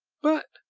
but,